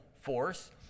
force